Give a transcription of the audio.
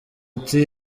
ati